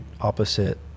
opposite